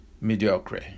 mediocre